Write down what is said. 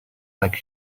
like